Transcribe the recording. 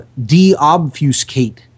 deobfuscate